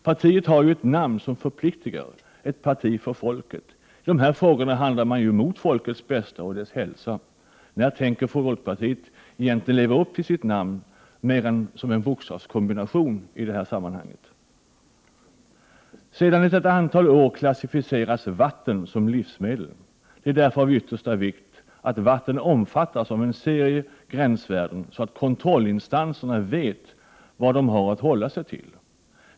Partiet har ett namn som förpliktigar — ett parti för folket. I dessa frågor handlar man mot folkets bästa och dess hälsa. När tänker folkpartiet egentligen leva upp till sitt namn mer än som bokstavskombination i det här sammanhanget? Sedan ett antal år klassificeras vatten som livsmedel. Det är därför av yttersta vikt att vatten omfattas av en serie av gränsvärden, så att kontrollinstanserna vet vad de har att hålla sig till.